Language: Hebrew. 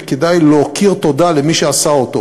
וכדאי להכיר תודה למי שעשה אותו,